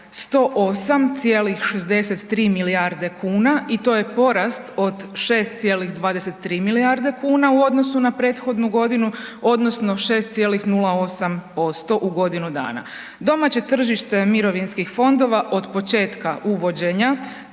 108,63 milijarde kuna i to je porast od 6,23 milijarde kuna u odnosu na prethodnu godinu odnosno 6,08% u godinu dana. Domaće tržište mirovinskih fondova od početka uvođenja